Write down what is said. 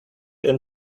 and